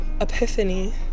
epiphany